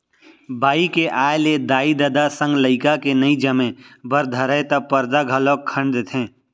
बाई के आय ले दाई ददा संग लइका के नइ जमे बर धरय त परदा घलौक खंड़ देथे